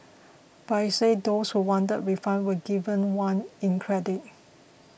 but he said those who wanted a refund were given one in credit